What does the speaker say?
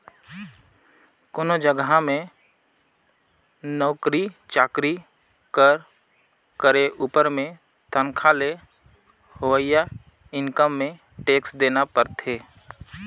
कोनो जगहा में नउकरी चाकरी कर करे उपर में तनखा ले होवइया इनकम में टेक्स देना परथे